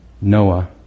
Noah